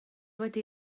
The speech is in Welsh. wedi